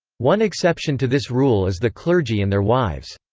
one exception to this rule is the clergy and their wives.